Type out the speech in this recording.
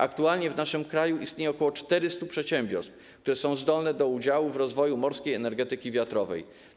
Aktualnie w naszym kraju istnieje ok. 400 przedsiębiorstw, które są zdolne do udziału w rozwoju morskiej energetyki wiatrowej.